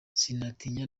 sinatinya